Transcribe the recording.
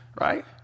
right